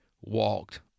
walked